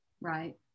Right